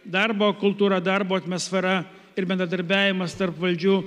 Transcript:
darbo kultūra darbo atmosfera ir bendradarbiavimas tarp valdžių